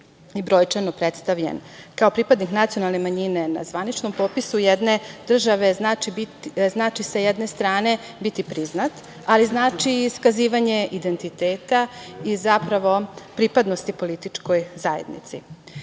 i brojčano predstavljen, kao pripadnik nacionalne manjine na zvaničnom popisu jedne države, znači sa jedne strane, biti priznat, ali znači i iskazivanje identiteta i zapravo pripadnosti političkoj zajednici.Za